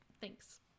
Thanks